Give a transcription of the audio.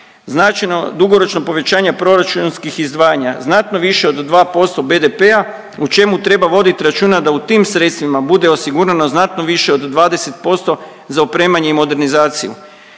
Značajno, dugoročno povećanje proračunskih izdvajanja, znatno više od 2% BDP-a u čemu treba vodit računa da u tim sredstvima bude osigurano znatno više od 20% za opremanje i modernizaciju.